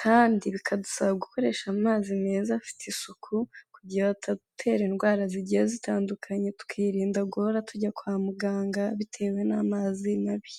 kandi bikadusaba gukoresha amazi meza afite isuku kugira atadutera indwara zigiye zitandukanye tukirinda guhora tujya kwa muganga bitewe n'amazi mabi.